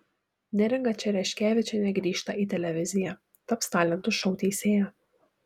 neringa čereškevičienė grįžta į televiziją taps talentų šou teisėja